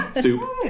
Soup